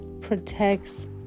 protects